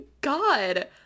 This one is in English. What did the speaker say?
god